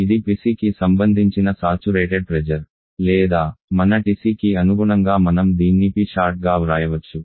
ఇది PCకి సంబంధించిన సాచురేటెడ్ ప్రెజర్ లేదా మన TCకి అనుగుణంగా మనం దీన్ని Psat గా వ్రాయవచ్చు